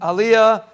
Aliyah